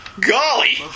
golly